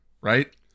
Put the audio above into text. Right